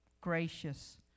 gracious